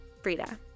Frida